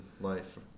life